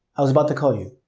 i was about to call you.